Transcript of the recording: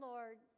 Lord